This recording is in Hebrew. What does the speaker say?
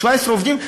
17 עובדים,